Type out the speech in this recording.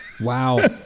Wow